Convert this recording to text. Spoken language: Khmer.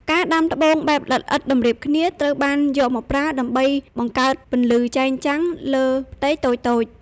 ការដាំត្បូងបែប ល្អិតៗតម្រៀបគ្នា ត្រូវបានយកមកប្រើដើម្បីបង្កើតពន្លឺចែងចាំងលើផ្ទៃតូចៗ។